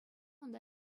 унта